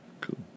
Cool